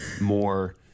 more